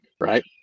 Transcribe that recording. right